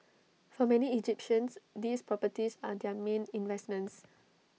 for many Egyptians these properties are their main investments